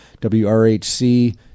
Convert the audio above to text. WRHC